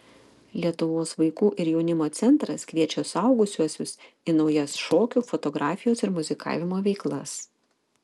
lietuvos vaikų ir jaunimo centras kviečia suaugusiuosius į naujas šokių fotografijos ir muzikavimo veiklas